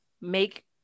make